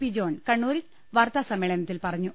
P John കണ്ണൂരിൽ വാർത്താസമ്മേളനത്തിൽ പറഞ്ഞു